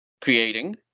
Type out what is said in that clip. creating